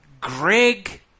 Greg